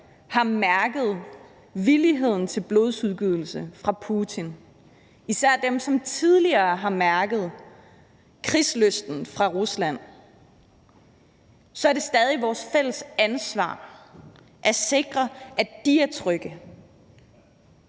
har mærket villigheden til blodsudgydelse fra Putins side, især dem, som tidligere har mærket krigslysten fra Rusland, er det stadig vores fælles ansvar at sikre, at de er trygge.